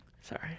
Sorry